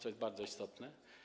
To jest bardzo istotne.